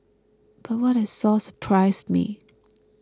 but what I saw surprised me